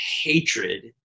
hatred